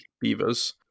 Beavers